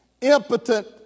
impotent